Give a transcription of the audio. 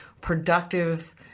productive